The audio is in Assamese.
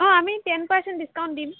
অঁ আমি টেন পাৰ্চেণ্ট ডিস্কাউণ্ট দিম